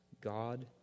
God